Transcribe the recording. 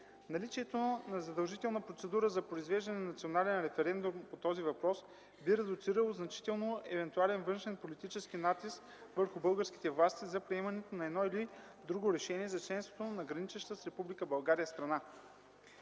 Наличието на задължителна процедура за произвеждане на национален референдум по този въпрос би редуцирало значително евентуален външен политически натиск върху българските власти за приемане на едно или друго решение за членството на граничеща с Република